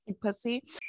pussy